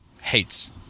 hates